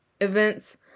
events